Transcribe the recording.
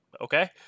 okay